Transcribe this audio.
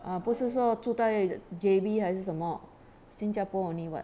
ah 不是说住在 J_B 还是什么 新加坡 only [what]